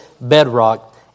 bedrock